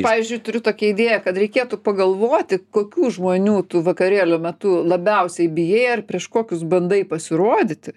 pavyzdžiui turiu tokią idėją kad reikėtų pagalvoti kokių žmonių tų vakarėlio metu labiausiai bijai ar prieš kokius bandai pasirodyti